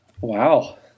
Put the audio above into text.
Wow